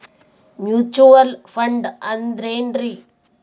Mutual fund ಅಂದ್ರೆನ್ರಿ?